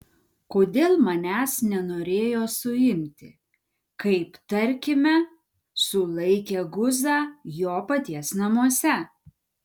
kodėl manęs nenorėjo suimti kaip tarkime sulaikė guzą jo paties namuose